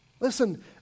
Listen